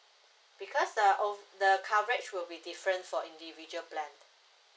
because the o~ the coverage will be different for individual plan